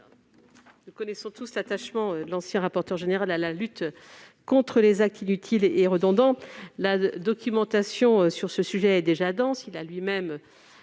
Nous connaissons tous l'attachement de notre ancien rapporteur général à la lutte contre les actes médicaux inutiles et redondants. La documentation sur ce sujet est déjà dense, dont un